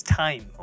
time